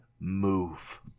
move